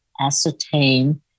ascertain